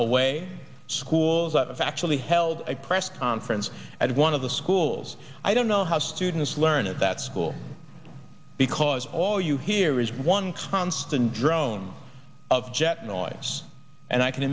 away schools are actually held a press conference at one of the schools i don't know how students learn at that school because all you hear is one constant drone of jet noise and i can